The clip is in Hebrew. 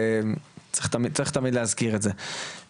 צריך תמיד להזכיר את זה.